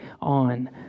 on